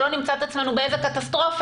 שלא נמצא את עצמנו באיזו קטסטרופה,